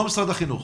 לא משרד החינוך.